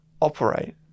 operate